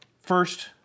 first